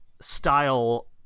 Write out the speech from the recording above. style